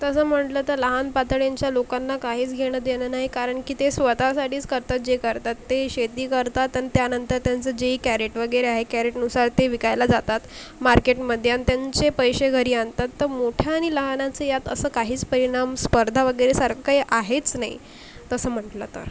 तसं म्हटलं तर लहान पातळ्यांच्या लोकांना काहीच घेणं देणं नाही कारण की ते स्वतःसाठीच करतात जे करतात ते शेती करतात आणि त्यानंतर त्यांचं जेही कॅरेट वगैरे आहे कॅरेटनुसार ते विकायला जातात मार्केटमध्ये आणि त्यांचे पैसे घरी आणतात तर मोठ्या नि लहानांचं यात असं काहीच परिणाम स्पर्धा वगैरेसारखं काही आहेच नाही तसं म्हटलं तर